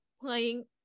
playing